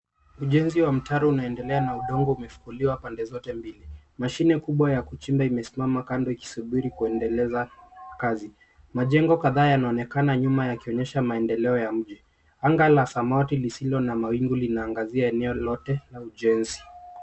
Ujenzi wa mtaro unaendelea na udongo umefukuliwa pande zote mbili, mashine kubwa ya kuchimba imesimama kando ikisubiri kuendeleza kazi. Majengo kadhaa yanaonekana nyuma yakionyesha maendeleo ya mji. Anga ya samawati lisilo na mawingu linaangazia eneo lote, la ujenzi.